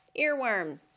Earworm